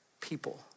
People